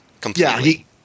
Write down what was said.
Completely